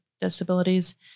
disabilities